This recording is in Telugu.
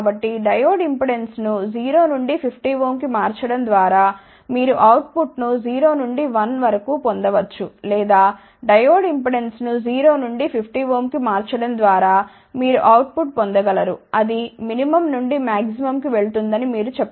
కాబట్టిడయోడ్ ఇంపిడెన్స్ ను 0 నుండి 50Ω కి మార్చడం ద్వారామీరు అవుట్ పుట్ ను 0 నుండి 1 వరకు పొందవచ్చు లేదా డయోడ్ ఇంపిడెన్స్ ను 0 నుండి 50Ω కు మార్చడం ద్వారా మీరు అవుట్ పుట్ పొందగలరు అది మినిమం నుండి మాక్సిమం కి వెళ్తుంది అని మీరు చెప్పగలరు